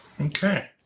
Okay